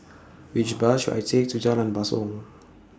Which Bus should I Take to Jalan Basong